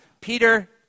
Peter